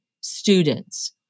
students